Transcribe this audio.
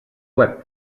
web